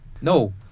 No